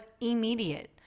immediate